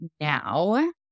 now